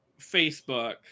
Facebook